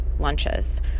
lunches